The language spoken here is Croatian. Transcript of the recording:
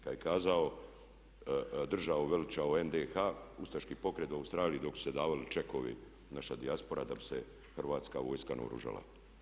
Kad je kazao država uveliča u NDH, Ustaški pokret u Australiji dok su se davali čekovi, naša dijaspora da bi se Hrvatska vojska naoružala.